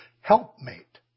helpmate